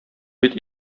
бит